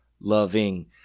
loving